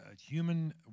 human